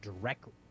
directly